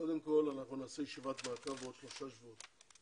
קודם כל, בעוד שלושה שבועות